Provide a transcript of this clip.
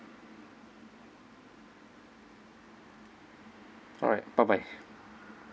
alright bye bye